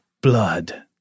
blood